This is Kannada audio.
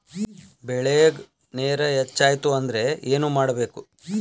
ಬೆಳೇಗ್ ನೇರ ಹೆಚ್ಚಾಯ್ತು ಅಂದ್ರೆ ಏನು ಮಾಡಬೇಕು?